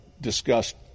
discussed